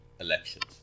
elections